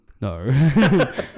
no